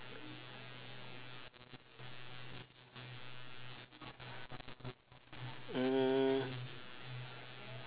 mm